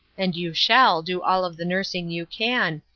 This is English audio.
and you shall do all of the nursing you can,